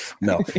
no